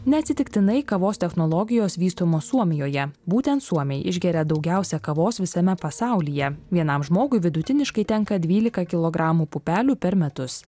neatsitiktinai kavos technologijos vystomos suomijoje būtent suomiai išgeria daugiausia kavos visame pasaulyje vienam žmogui vidutiniškai tenka dvylika kilogramų pupelių per metus